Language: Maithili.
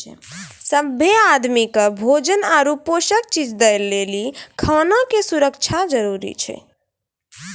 सभ्भे आदमी के भोजन आरु पोषक चीज दय लेली खाना के सुरक्षा जरूरी छै